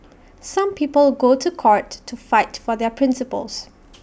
some people go to court to fight for their principles